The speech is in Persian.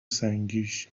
سنگیش